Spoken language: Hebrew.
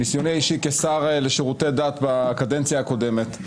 ניסיוני האישי כשר לשירותי דת בקדנציה הקודמת.